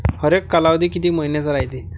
हरेक कालावधी किती मइन्याचा रायते?